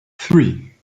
three